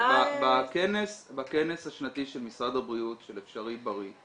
בכנס השנתי של משרד הבריאות של אפשרי בריא,